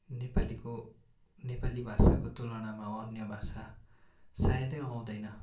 नेपालीको नेपाली भाषाको तुलनामा अन्य भाषा सायदै आउँदैन